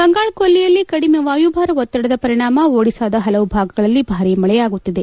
ಬಂಗಾಳ ಕೊಲ್ಲಿಯಲ್ಲಿ ಕಡಿಮೆ ವಾಯುಭಾರ ಒತ್ತಡದ ಪರಿಣಾಮ ಒಡಿಶಾದ ಹಲವು ಭಾಗಗಳಲ್ಲಿ ಭಾರಿ ಮಳೆಯಾಗುತ್ತಿದೆ